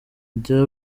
jya